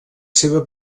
seva